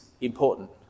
important